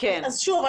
אז שוב,